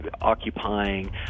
occupying